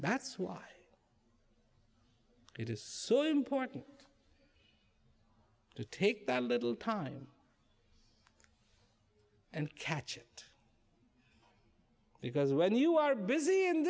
that's why it is so important to take that little time and catch it because when you are busy